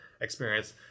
experience